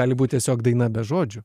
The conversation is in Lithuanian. gali būt tiesiog daina be žodžių